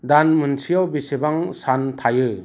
दान मोनसेआव बेसेबां सान थायो